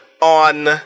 on